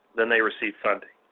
then they received funding.